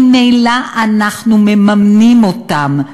ממילא אנחנו מממנים את הטיפול בהן,